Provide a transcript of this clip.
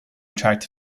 attract